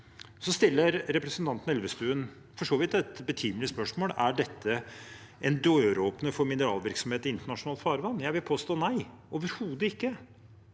Så stiller representanten Elvestuen for så vidt et betimelig spørsmål: Er dette en døråpner for mineralvirksomhet i internasjonalt farvann? Jeg vil påstå: Nei, overhodet ikke.